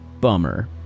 Bummer